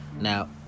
Now